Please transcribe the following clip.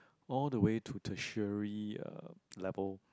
all the way to tertiary uh level